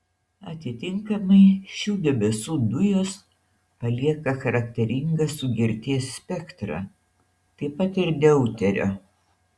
atitinkamai šių debesų dujos palieka charakteringą sugerties spektrą taip pat ir deuterio